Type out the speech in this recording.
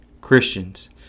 Christians